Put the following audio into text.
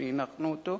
כשהנחנו אותו,